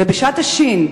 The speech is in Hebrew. ובשעת השין,